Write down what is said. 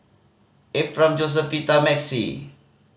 Ephram Josefita and Maxie